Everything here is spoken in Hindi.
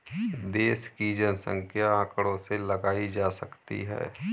देश की जनसंख्या आंकड़ों से लगाई जा सकती है